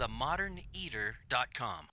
themoderneater.com